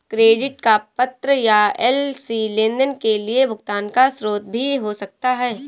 credit का पत्र या एल.सी लेनदेन के लिए भुगतान का स्रोत भी हो सकता है